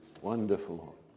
Wonderful